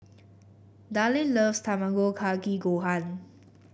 Dallin loves Tamago Kake Gohan